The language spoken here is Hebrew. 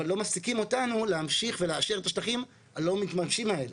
אבל לא מפסיקים אותנו להמשיך ולאשר את השטחים הלא מתממשים האלה,